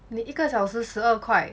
你一个小时十二块